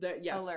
Yes